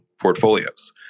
portfolios